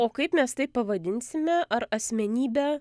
o kaip mes tai pavadinsime ar asmenybe